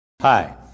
Hi